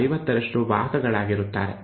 50ರಷ್ಟು ವಾಹಕಗಳಾಗಿರುತ್ತಾರೆ